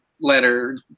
letter